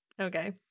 Okay